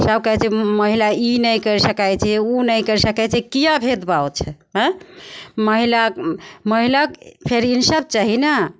सब कहय छै महिला ई नहि करि सकय छै उ नहि करि सकय छै किएक भेदभाव छै आँए महिला महिलाके फेर इन्साफ चाही ने